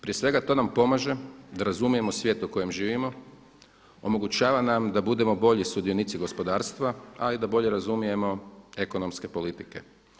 Prije svega to nam pomaže da razumijemo svijet u kojem živimo, omogućava nam da budemo bolji sudionici gospodarstva a i da bolje razumijemo ekonomske politike.